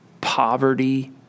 poverty